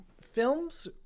films